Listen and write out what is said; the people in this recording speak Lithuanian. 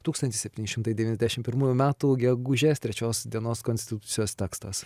tūkstantis septyni šimtai devyniasdešimt pirmųjų metų gegužės trečios dienos konstitucijos tekstas